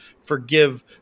forgive